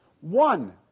One